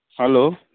hello